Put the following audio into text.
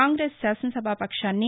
కాంగ్రెస్ శాసనసభా పక్షాన్ని